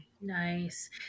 nice